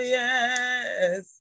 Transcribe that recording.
yes